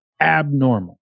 abnormal